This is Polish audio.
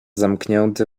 zamknięty